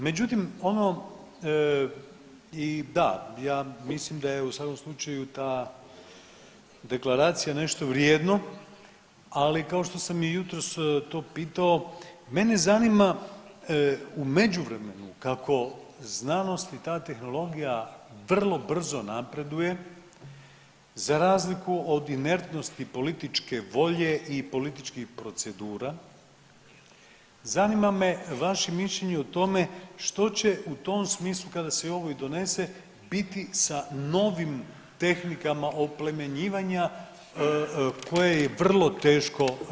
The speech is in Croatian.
Međutim i da ja mislim da je u svakom slučaju ta deklaracija nešto vrijedno, ali kao što sam jutros to pitao mene zanima u međuvremenu kako znanost i ta tehnologija vrlo brzo napreduje za razliku od inertnosti političke volje i političkih procedura, zanima me vaše mišljenje o tome što će u tom smislu kada se ovo i donese biti sa novim tehnikama oplemenjivanja koje je vrlo teško razotkriti.